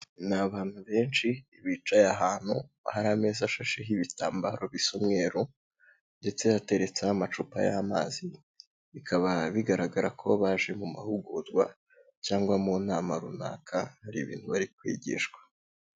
Ni abantu benshi bicaye ahantu hari ameza ashasheho ibitambaro bisa umweru, ndetse hatereretse n'amacupa y'amazi, bikaba bigaragara ko baje mu mahugurwa cyangwa, mu nama runaka, hari ibintu bari kwigishwa.